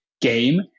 game